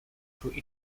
through